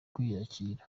kwiyakira